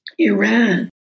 Iran